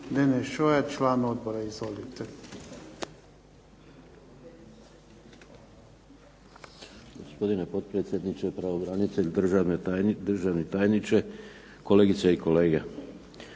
Deneš Šoja, član odbora. Izvolite.